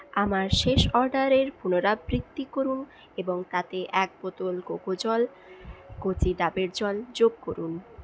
আমার শেষ অর্ডারের পুনরাবৃত্তি করুন এবং তাতে এক বোতল কোকোজল কচি ডাবের জল যোগ করুন